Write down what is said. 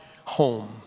home